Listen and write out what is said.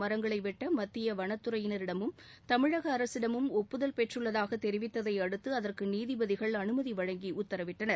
மரங்களை வெட்ட மத்திய வனத்துறையினரிடமும் தமிழக அரசிடமும் ஒப்புதல் பெற்றுள்ளதாக தெரிவித்ததை அடுத்து அதற்கு நீதிபதிகள் அனுமதி வழங்கி உத்தரவிட்டனர்